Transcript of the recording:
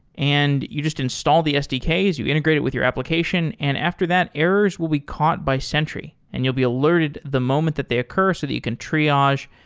and you just install the sdks. you integrate it with your application. and after that, errors will be caught by sentry and you'll be alerted the moment that they occur so that you can triage,